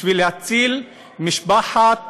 בשביל להציל משפחת